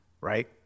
right